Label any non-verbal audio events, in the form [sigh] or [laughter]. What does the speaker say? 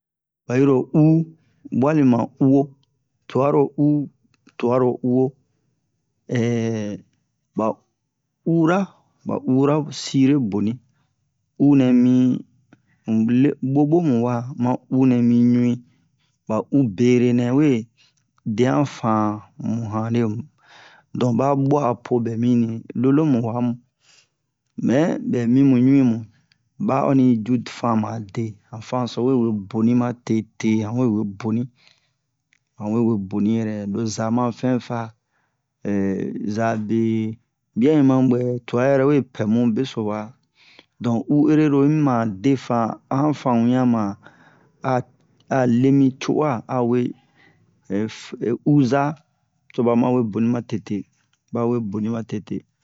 ba'iro u walima uwo tuaro u tuaro uwo [hesitation] ba ura ba ura sire boni u nɛmi mule bobomu wa ma u nɛmi ɲui ba u bere nɛwe deyan fan mu yanemu don ba buapo bɛmi ni lolomu wamu mɛ bɛmi mu ɲuimu ba oni du fan made yan fanso wewe boni ma tete hanwe we boni yanwe we boni yɛrɛ loza mafin fa [hesitation] zabe biaɲu mabwɛ tua yɛrɛ we pɛmu beso wa don u erero'i mima defan ayan fan wian ma'a a lemi co'a awe [hesitation] uza toba mawe boni ma tete bawe boni ma tete